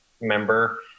member